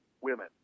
women